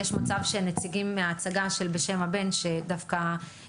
יש מצב שנציגים מההצגה של בשם הבן ואגב,